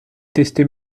tester